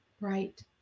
Right